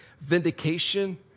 vindication